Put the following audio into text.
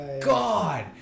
God